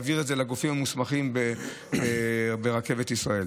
אני אעביר את זה לגופים המוסמכים ברכבת ישראל,